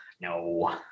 no